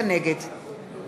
נגד